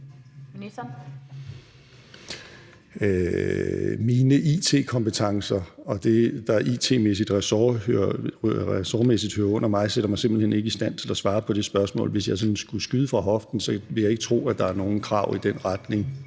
Mine it-kompetencer og det, der it-mæssigt og ressortmæssigt hører under mig, sætter mig simpelt hen ikke i stand til at svare på det spørgsmål. Hvis jeg sådan skulle skyde fra hoften, vil jeg ikke tro, at der er nogen krav i den retning,